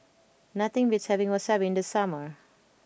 nothing beats having Wasabi in the summer